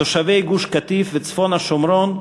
תושבי גוש-קטיף וצפון השומרון,